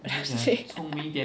suay